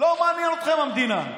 לא מעניינת אתכם המדינה.